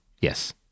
Yes